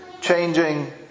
changing